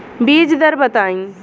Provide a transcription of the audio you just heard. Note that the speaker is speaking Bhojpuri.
बीज दर बताई?